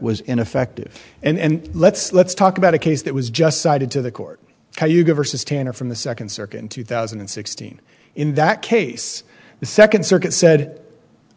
was ineffective and let's let's talk about a case that was just cited to the court over sustainer from the second circuit in two thousand and sixteen in that case the second circuit said